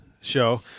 show